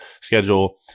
schedule